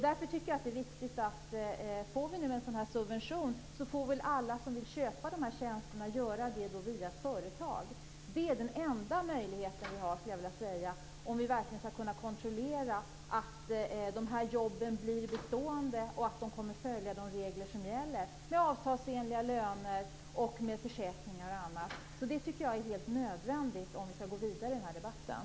Därför är det viktigt, om det blir en sådan här subvention, att alla som vill köpa de här tjänsterna får göra det via ett företag. Det är den enda möjligheten, om vi verkligen skall kunna kontrollera att de här jobben blir bestående och att företagen kommer att följa de regler som gäller, med avtalsenliga löner, med försäkringar och annat. Jag tycker att det är helt nödvändigt om vi skall gå vidare i den här debatten.